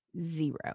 zero